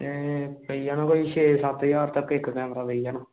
पेई जाना कोई छे सत्त ज्हार तगर इक्क कैमरा पेई जाना